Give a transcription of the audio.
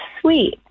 sweet